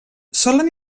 solen